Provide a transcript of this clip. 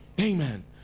Amen